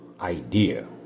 idea